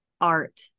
art